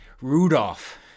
Rudolph